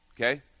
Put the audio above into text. okay